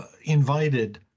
invited